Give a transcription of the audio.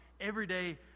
everyday